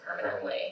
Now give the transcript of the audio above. permanently